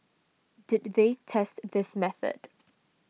did they test this method